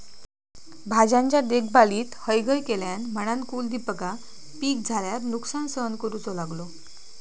भाज्यांच्या देखभालीत हयगय केल्यान म्हणान कुलदीपका पीक झाल्यार नुकसान सहन करूचो लागलो